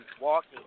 walking